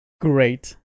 great